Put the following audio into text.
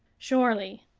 surely.